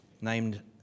named